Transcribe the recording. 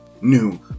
New